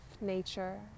nature